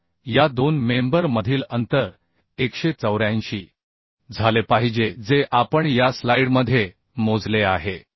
तर या दोन मेंबर मधील अंतर 184 झाले पाहिजे जे आपण या स्लाइडमध्ये मोजले आहे